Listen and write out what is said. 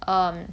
um